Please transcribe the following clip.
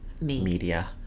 media